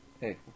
Hey